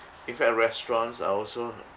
if at restaurants are also